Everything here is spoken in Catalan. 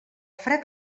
fred